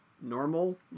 normal